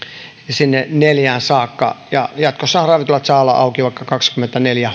sinne neljään saakka ja jatkossahan ravintolat saavat olla auki vaikka kaksikymmentäneljä